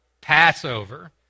Passover